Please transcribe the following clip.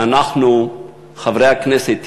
שאנחנו, חברי הכנסת,